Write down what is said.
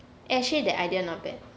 eh actually that idea not bad